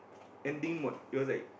ending mode it was like